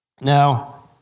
Now